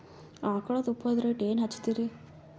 ಆಕಳ ತುಪ್ಪದ ರೇಟ್ ಏನ ಹಚ್ಚತೀರಿ?